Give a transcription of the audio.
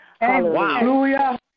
Hallelujah